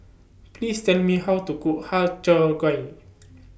Please Tell Me How to Cook Har Cheong Gai